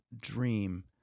dream